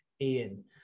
Ian